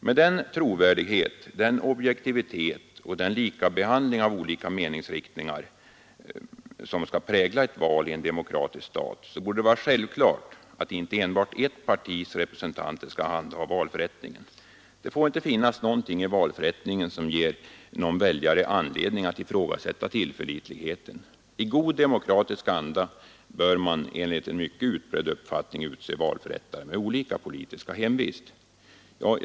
Med den trovärdighet, objektivitet och likabehandling av olika meningsriktningar som skall prägla ett val i en demokratisk stat borde det vara självklart att inte enbart eft partis representanter skall handha valförrättningen. Det får inte finnas något i valförrättningen som ger väljarna anledning att ifrågasätta tillförlitligheten. Enligt en mycket utbredd uppfattning bör man i god demokratisk anda utse valförrättare med olika politisk hemvist. Herr talman!